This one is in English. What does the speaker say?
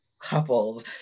couples